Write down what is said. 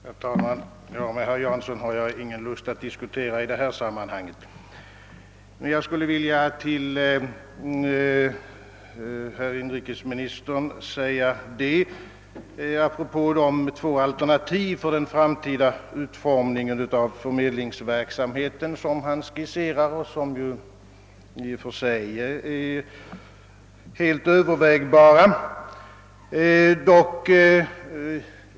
Herr talman! Med herr Jansson har jag ingen lust att diskutera i detta sammanhang. De två alternativ för den framtida utformningen av förmedlingsverksamheten som inrikesministern skisserade är i och för sig övervägbara.